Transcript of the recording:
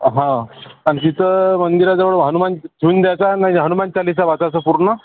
हां आणि तिचं मंदिराजवळ हनुमान ठेऊन द्यायचा आणि हनुमानचालिसा वाचायचा पूर्ण